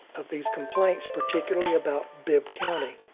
of these complaints, particularly about bibb county